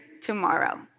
tomorrow